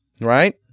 right